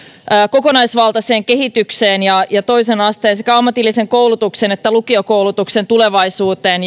kokonaisvaltaiseen kehitykseen ja ja toisen asteen sekä ammatillisen koulutuksen että lukiokoulutuksen tulevaisuuteen